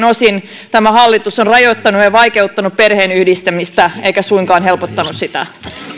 osin tämä hallitus on rajoittanut ja ja vaikeuttanut perheenyhdistämistä eikä suinkaan helpottanut sitä